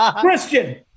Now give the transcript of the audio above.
Christian